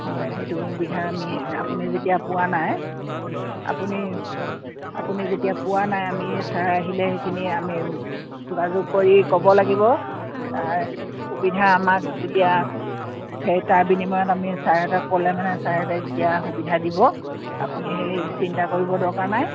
হয় সেইটো সুবিধা আমি আপুনি যেতিয়া পোৱা নাই আপুনি আপুনি যেতিয়া পোৱা নাই আমি ছাৰ আহিলে সেইখিনি আমি যোগাযোগ কৰি ক'ব লাগিব তাৰ সুবিধা আমাক যেতিয়া সেই তাৰ বিনিময়ত আমি ছাৰহঁতক ক'লে মানে ছাৰহঁতক যেতিয়া সুবিধা দিব আপুনি সেই চিন্তা কৰিবৰ দৰকাৰ নাই